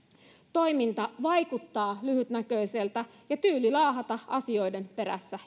toiminta vaikuttaa lyhytnäköiseltä ja tyyli laahata asioiden perässä